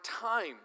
time